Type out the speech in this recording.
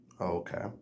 Okay